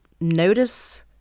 Notice